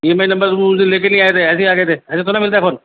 E M आई number वो उस दिन लेकर नहीं आए थे ऐसे ही आ गए थे ऐसे थोड़ी ना मिलता है फोन